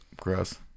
Gross